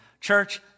Church